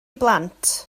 blant